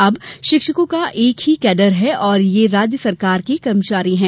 अब शिक्षकों का एक ही कैडर है और ये राज्य शासन के कर्मचारी हैं